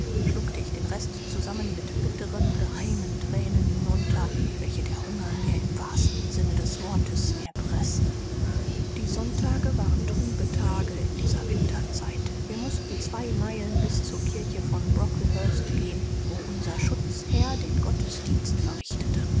schluckte ich den rest zusammen mit bitteren geheimen thränen hinunter welche der hunger mir im wahrsten sinne des wortes erpreßte die sonntage waren trübe tage in dieser winterzeit wir mußten zwei meilen bis zur kirche von brocklehurst gehen wo unser schutzherr den gottesdienst verrichtete